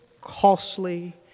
costly